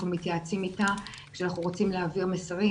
אנחנו מתייעצים איתה כשאנחנו רוצים להעביר מסרים,